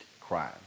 crime